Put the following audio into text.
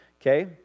okay